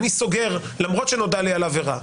אני סוגר למרות שנודע לי על עבירה.